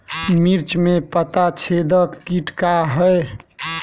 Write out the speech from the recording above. मिर्च में पता छेदक किट का है?